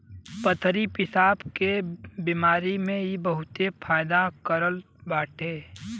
पथरी पेसाब के बेमारी में भी इ बहुते फायदा करत बाटे